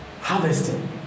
harvesting